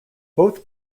both